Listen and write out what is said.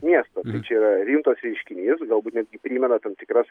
miestą čia yra rimtas reiškinys galbūt netgi primena tam tikras